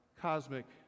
cosmic